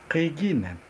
kai gimė